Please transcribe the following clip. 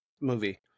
movie